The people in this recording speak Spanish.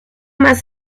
más